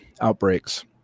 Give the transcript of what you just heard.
outbreaks